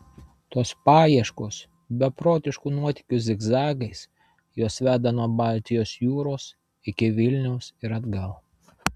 tos paieškos beprotiškų nuotykių zigzagais juos veda nuo baltijos jūros iki vilniaus ir atgal